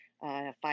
five